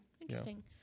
Interesting